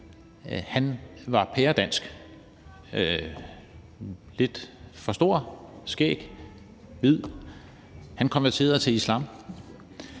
Han var pæredansk, lidt for stor, med skæg, hvid, han konverterede til islam,